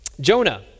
Jonah